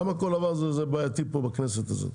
למה כל דבר זה בעייתי פה, בכנסת הזאת?